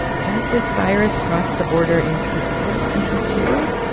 has this virus crossed the border into our country, too?